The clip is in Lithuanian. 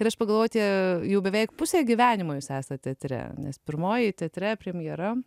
ir aš pagalvojau tie jau beveik pusė gyvenimo jūs esate teatre nes pirmoji teatre premjera